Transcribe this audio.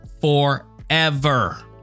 forever